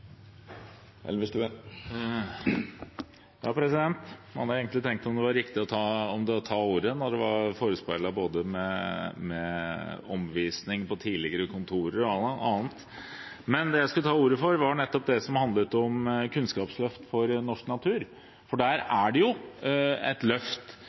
hadde egentlig tenkt over om det var riktig å ta ordet igjen, når det var forespeilet både omvisninger på tidligere kontorer og annet. Men det jeg skulle ta ordet for, var nettopp det som handlet om et kunnskapsløft for norsk natur, for der er det et løft